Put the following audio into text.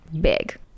big